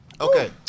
Okay